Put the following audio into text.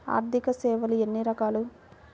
ఆర్థిక సేవలు ఎన్ని రకాలు?